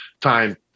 time